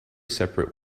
separate